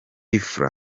fla